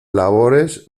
labores